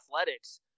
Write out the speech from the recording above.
athletics